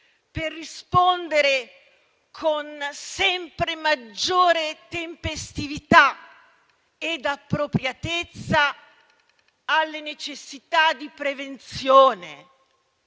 per rispondere con sempre maggiore tempestività e appropriatezza alle necessità di prevenzione,